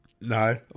No